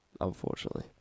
Unfortunately